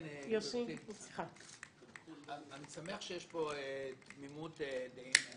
אני שמח שיש פה תמימות דעים.